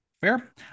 fair